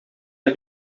hij